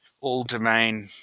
all-domain